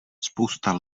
spousta